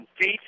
feet